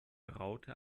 raute